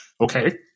Okay